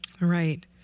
right